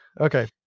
Okay